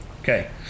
Okay